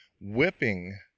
whipping